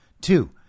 Two